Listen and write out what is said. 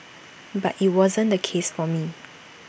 but IT wasn't the case for me